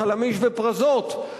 "חלמיש" ו"פרזות",